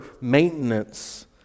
maintenance